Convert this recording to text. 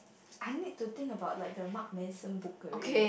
I need to think about like the Marc Mason book already